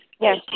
Yes